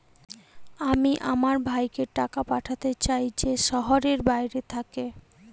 আমি আমার ভাইকে টাকা পাঠাতে চাই যে শহরের বাইরে থাকে